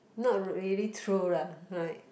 not really true lah right